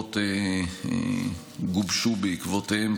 שלפחות גובשו בעקבותיהן,